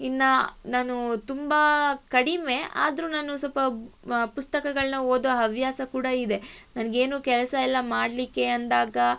ಇನ್ನು ನಾನು ತುಂಬ ಕಡಿಮೆ ಆದರೂ ನಾನು ಸ್ವಲ್ಪ ಪುಸ್ತಕಗಳನ್ನು ಓದೋ ಹವ್ಯಾಸ ಕೂಡ ಇದೆ ನನಗೇನು ಕೆಲಸ ಇಲ್ಲ ಮಾಡಲಿಕ್ಕೆ ಅಂದಾಗ